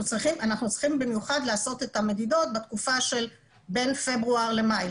אנחנו צריכים במיוחד לעשות את המדידות בתקופה של בין פברואר למאי,